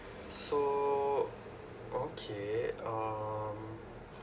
so okay um